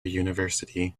university